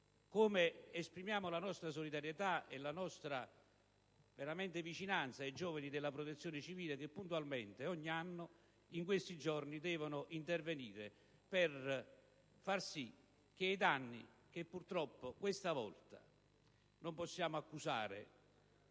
modo, esprimiamo la nostra solidarietà e la nostra vicinanza ai giovani della protezione civile che puntualmente ogni anno in questi giorni devono intervenire per riparare ai danni per i quali questa volta non possiamo accusare